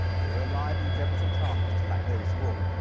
we are live in jefferson chalmers tonight, larry spruill,